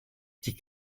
die